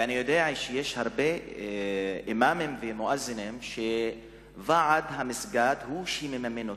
ואני יודע שיש הרבה אימאמים ומואזינים שוועד המסגד הוא שמממן אותם.